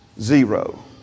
Zero